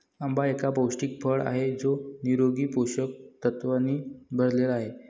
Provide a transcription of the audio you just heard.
आंबा एक पौष्टिक फळ आहे जो निरोगी पोषक तत्वांनी भरलेला आहे